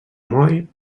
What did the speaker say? moll